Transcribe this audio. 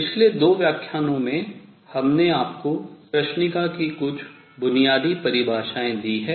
पिछले दो व्याख्यानों में हमने आपको कृष्णिका की कुछ बुनियादी परिभाषाएं दी हैं